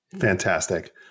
Fantastic